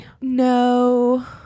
No